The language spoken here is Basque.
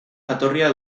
jatorria